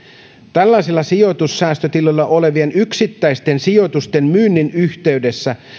tällaisella sijoitussäästötilillä olevien yksittäisten sijoitusten myynnin yhteydessä